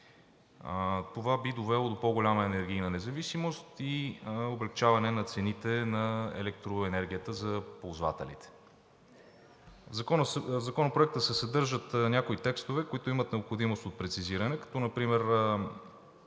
Това би довело до по-голяма енергийна независимост и облекчаване на цените на електроенергията за ползвателите. В Законопроекта се съдържат някои текстове, които имат необходимост от прецизиране, като например